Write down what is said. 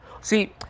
See